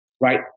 right